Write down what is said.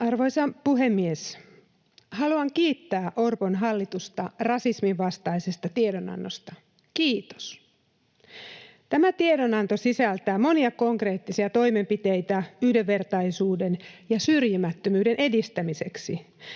Arvoisa puhemies! Haluan kiittää Orpon hallitusta rasismin vastaisesta tiedonannosta — kiitos. Tämä tiedonanto sisältää monia konkreettisia toimenpiteitä yhdenvertaisuuden ja syrjimättömyyden edistämiseksi,